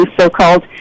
so-called